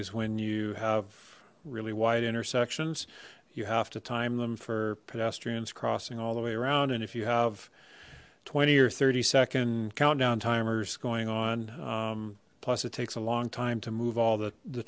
is when you have really wide intersections you have to time them for pedestrians crossing all the way around and if you have twenty or thirty second countdown timers going on plus it takes a long time to move all the the